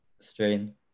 strain